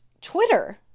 Twitter